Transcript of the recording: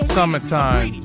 Summertime